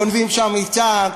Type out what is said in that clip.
גונבים שם קצת,